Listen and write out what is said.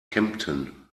kempten